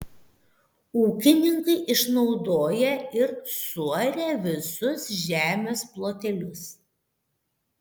ūkininkai išnaudoja ir suaria visus žemės plotelius